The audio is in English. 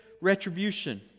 retribution